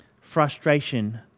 frustration